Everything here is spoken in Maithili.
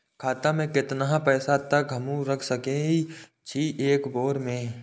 खाता में केतना पैसा तक हमू रख सकी छी एक बेर में?